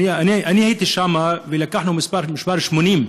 הייתי שם, ולקחנו מספר 80,